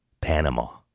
Panama